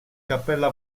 cappella